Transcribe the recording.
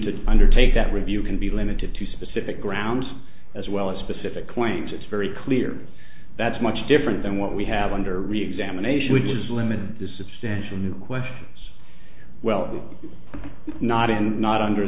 undertake that review can be limited to specific grounds as well as specific claims it's very clear that's much different than what we have under reexamination which is limited to substantial new questions well not in not under